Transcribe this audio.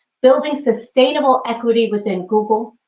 building sustainable equity within google,